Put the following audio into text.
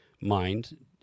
mind